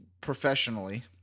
professionally